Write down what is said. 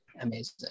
amazing